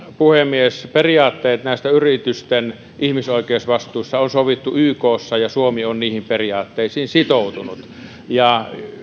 puhemies periaatteet näissä yritysten ihmisoikeusvastuissa on sovittu ykssa ja suomi on niihin periaatteisiin sitoutunut yhteiskuntavastuusta ja